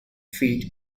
feet